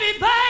baby